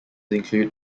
include